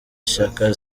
shyaka